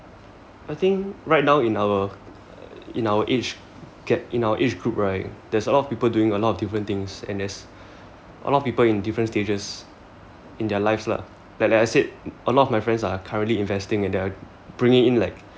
I think right now in our in our age gap in our age group right there's a lot of people doing a lot of different things and there's a lot of people in different stages in their lives lah like like I said a lot of my friends are currently investing and they're bringing in like